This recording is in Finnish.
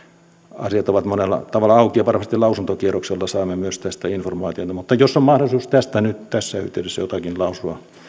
asiat ovat monella tavalla auki ja varmasti lausuntokierrokselta saamme myös tästä informaatiota mutta jos on mahdollisuus tästä nyt tässä yhteydessä jotakin lausua